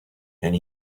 and